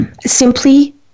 simply